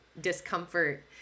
discomfort